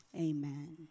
Amen